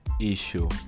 issue